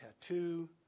tattoo